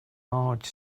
marge